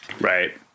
Right